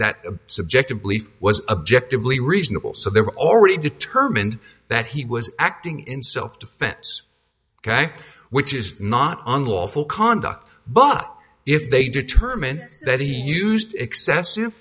that subjective belief was objective lee reasonable so they were already determined that he was acting in self defense ok which is not unlawful conduct but if they determine that he used excessive